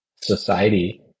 society